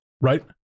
Right